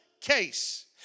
case